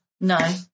No